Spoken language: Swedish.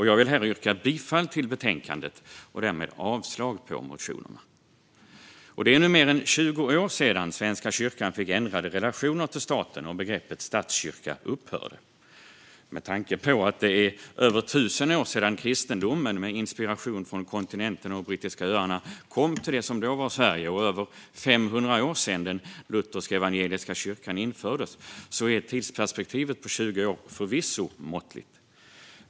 Jag vill här yrka bifall till utskottets förslag i betänkandet och därmed avslag på motionerna. Det är nu mer än 20 år sedan Svenska kyrkan fick ändrade relationer till staten och begreppet statskyrka upphörde. Med tanke på att det är över 1 000 år sedan kristendomen, med inspiration från kontinenten och brittiska öarna, kom till det som då var Sverige och över 500 år sedan den luthersk-evangeliska kyrkan infördes är tidsperspektivet på 20 år förvisso måttligt.